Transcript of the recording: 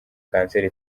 kanseri